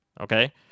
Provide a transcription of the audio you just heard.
Okay